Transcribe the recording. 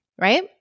right